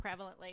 prevalently